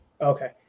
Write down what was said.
Okay